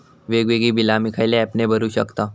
वेगवेगळी बिला आम्ही खयल्या ऍपने भरू शकताव?